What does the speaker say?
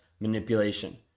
manipulation